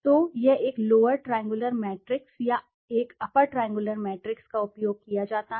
तो यह एक लोअर ट्राईएंगुलर मैट्रिक्स या एक अपर ट्राईएंगुलर मैट्रिक्सका उपयोग किया जाता है